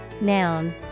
noun